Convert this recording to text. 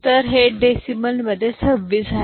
तर हे डेसिमल मध्ये 26 आहे